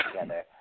together